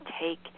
take